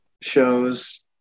shows